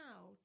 out